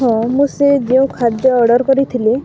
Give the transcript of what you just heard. ହଁ ମୁଁ ସେ ଯେଉଁ ଖାଦ୍ୟ ଅର୍ଡ଼ର୍ କରିଥିଲି